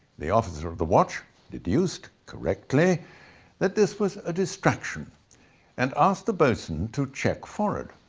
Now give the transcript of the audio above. the officer of the watch deduced correctly that this was a distraction and asked the bosun to check forward.